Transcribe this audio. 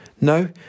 No